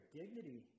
dignity